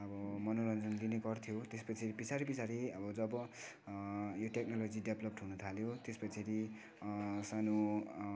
अब मनोरञ्जन लिने गर्थ्यो त्यस पछि पछाडि पछाडि अब जब यो टेक्नोलोजी डेभ्लोप्ड हुन थाल्यो त्यस पछाडि सानो